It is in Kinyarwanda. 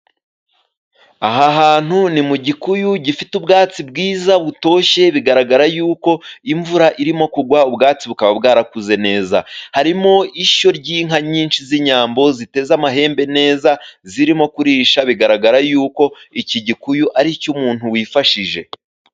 Aha hantu ni mu gikuyu gifite ubwatsi bwiza butoshye bigaragara yuko imvura irimo kugwa ubwatsi bukaba bwarakuze neza harimo ishyo ry'inka nyinshi z'inyambo ziteze amahembe neza zirimo kurisha bigaragara yuko iki gikuyu ari icy'umuntu wifashije.